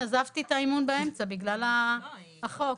עזבתי את האימון באמצע בגלל הדיון על החוק.